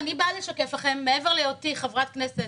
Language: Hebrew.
אני באה לשקף לכם, מעבר להיותי חברת כנסת